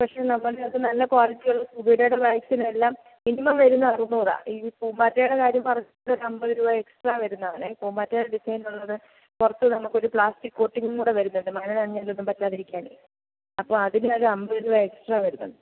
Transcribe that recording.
പക്ഷേ നമ്മൾ ചിലപ്പോൾ നല്ല ക്വാളിറ്റി ഉള്ള സ്കൂബീ ഡെ ബാഗ്സിന് എല്ലാം മിനിമം വരുന്നത് അറുനൂറാ ഈ പൂമ്പാറ്റയുടെ കാര്യം പറഞ്ഞിട്ട് അമ്പത് രൂപ എക്സ്ട്രാ വരുന്നയാണെ പൂമ്പാറ്റയുടെ ഡിസൈൻ ഉള്ളത് പുറത്ത് നമക്കൊരു പ്ലാസ്റ്റിക്ക് കോട്ടിങ് കൂടെ വരുന്നുണ്ട് മഴ നനഞ്ഞാൽ ഒന്നും പറ്റാതിരിക്കാനേ അപ്പോൾ അതിനൊരു അമ്പത് രൂപ എക്സ്ട്രാ വരുന്നുണ്ട്